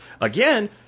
Again